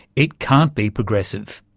it can't be progressive.